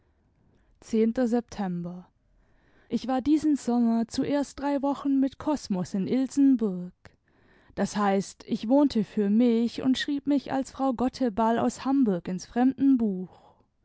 ich war diesen sommer zuerst drei wochen mit kosmos in ilsenburg das eißt ich wohnte für mich und schrieb mich als frau gotteball aus hamburg ins